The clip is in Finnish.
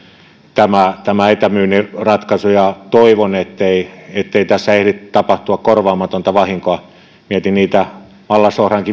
tämä tämä etämyynnin ratkaisu ja toivon ettei ettei tässä ehdi tapahtua korvaamatonta vahinkoa mietin niitä mallasohran